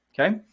Okay